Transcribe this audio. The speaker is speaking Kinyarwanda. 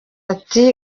ati